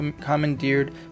commandeered